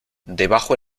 debajo